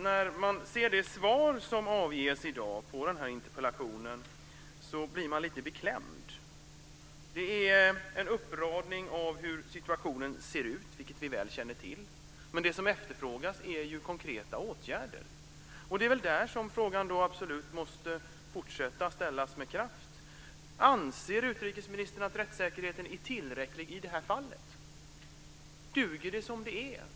När man ser det svar som avges i dag på den här interpellationen blir man lite beklämd. Det är en beskrivning av hur situationen ser ut, vilket vi väl känner till, men det som efterfrågas är ju konkreta åtgärder. Det är väl där som frågan absolut måste fortsätta att ställas med kraft. Anser utrikesministern att rättssäkerheten är tillräcklig i detta fall? Duger det som det är?